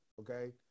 okay